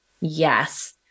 yes